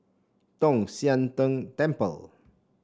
Tong Sian Tng Temple